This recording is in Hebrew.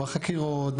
בחקירות,